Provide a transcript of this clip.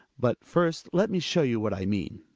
but first let me show you what i mean.